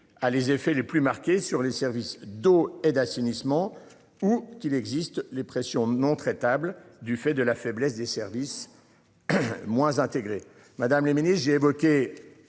Ah les effets les plus marquées sur les services d'eau et d'assainissement ou qu'il existe les pressions non traitable du fait de la faiblesse des services. Moins intégrée, madame le Ministre, j'ai évoqué